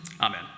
Amen